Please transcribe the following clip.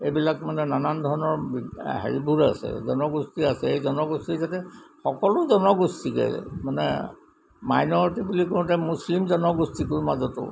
এইবিলাক মানে নানান ধৰণৰ হেৰিবোৰ আছে জনগোষ্ঠী আছে সেই জনগোষ্ঠীৰ যাতে সকলো জনগোষ্ঠীকে মানে মাইন'ৰিটি বুলি কওঁতে মুছলিম জনগোষ্ঠীটোৰ মাজতো